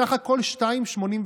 סך הכול, 2.87,